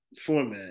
format